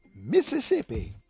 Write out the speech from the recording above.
Mississippi